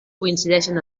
coincideixen